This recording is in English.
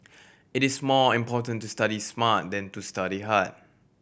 it is more important to study smart than to study hard